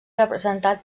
representat